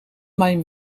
mijn